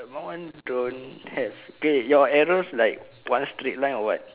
my one don't have K your arrows like one straight like or what